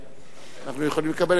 ואנחנו יכולים לקבל.